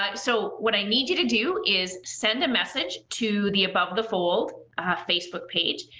um so, what i need you to do is send a message to the above the fold facebook page,